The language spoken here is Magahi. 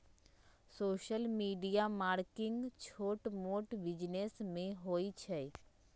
सोशल मीडिया मार्केटिंग छोट मोट बिजिनेस में होई छई